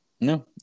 No